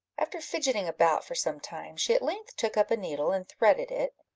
after fidgeting about for some time, she at length took up a needle and threaded it,